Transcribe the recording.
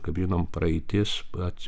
kaip žinom praeitis pats